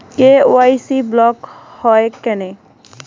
KYC block হয় কেনে?